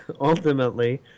Ultimately